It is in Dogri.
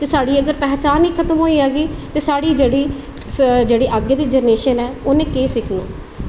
ते साढ़ी अगर पहचान ई खतम होई जाह्गी ते साढ़ी जेह्ड़ी अज्ज दी जनरेशन ऐ उन्ने केह् सिक्खना